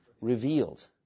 Revealed